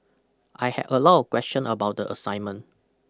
I had a lot of question about the assignment